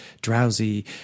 drowsy